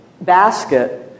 basket